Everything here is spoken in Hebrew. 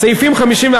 סעיפים 51(א)